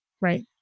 right